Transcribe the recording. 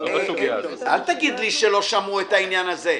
אל תגיד לי שלא שמעו את העניין הזה.